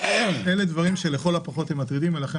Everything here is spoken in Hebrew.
אלו דברים שלכל הפחות הם מטרידים ולכן